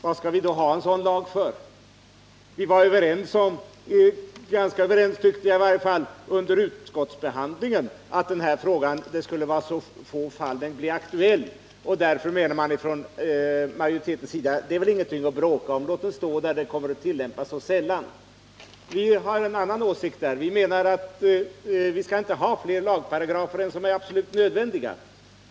Varför skall vi då ha en sådan lag? Vi var under utskottsbehandlingen överens om — ganska överens, tyckte jag i varje fall — att det skulle vara så få fall då den här frågan blev aktuell. Därför sade man från majoritetens sida: Det är väl ingenting att bråka om, låt det stå när det kommer att tillämpas så sällan! Vi har en annan åsikt därvidlag. Vi menar att vi inte skall ha fler lagparagrafer än vad som är absolut nödvändigt.